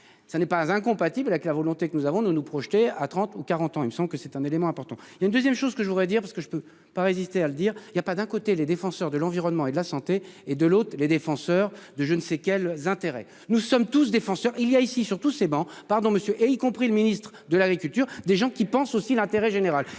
ça n'est pas incompatible avec la volonté que nous avons nous nous projeter à 30 ou 40 ans il me semble que c'est un élément important. Il y a une 2ème, chose que je voudrais dire parce que je peux pas résister à le dire, il y a pas d'un côté les défenseurs de l'environnement et la santé et de l'autre les défenseurs de je ne sais quel intérêt. Nous sommes tous défenseurs. Il y a ici sur tous ces bancs. Pardon Monsieur, et y compris le ministre de l'Agriculture, des gens qui pensent aussi l'intérêt général.